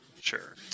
sure